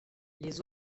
les